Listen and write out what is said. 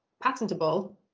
patentable